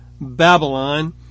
Babylon